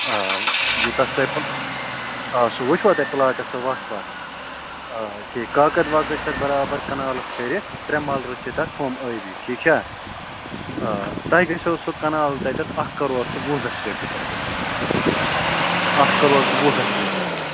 آ آ یوٗتاہ تۄہہِ آ سُہ وٕچھوا تۄہہِ پٕلاٹَس سۄ وَتھ پَتھ آ آ ٹھیٖک کاکَد واکد چھِ تَتھ بَرابَر کَنالَس کٔرِتھ ترٛےٚ مَلرِ چھِ تَتھ ہُم ٲبی ٹھیٖک چھا آ تۄہہِ گَژھوُ سُہ کَنال تَتیٚتھ اکھ کَرور تہٕ وُہ لَچھ رۄپیہِ تَتیٚتھ جِناب اکھ کَرور تہٕ وُہ لَچھ رۄپیہِ